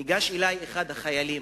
ניגש אלי אחד החיילים